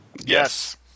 Yes